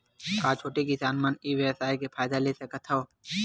का छोटे किसान मन ई व्यवसाय के फ़ायदा ले सकत हवय?